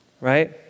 Right